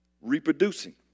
reproducing